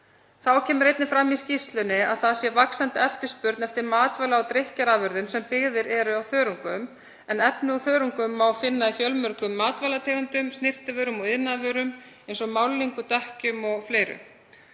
Þá kemur einnig fram í skýrslunni að vaxandi eftirspurn sé eftir matvæla- og drykkjarafurðum sem unnar eru úr þörungum en efni úr þörungum má finna í fjölmörgum matvælategundum, snyrtivörum og iðnaðarvörum eins og málningu, dekkjum, tómatsósu,